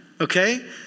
okay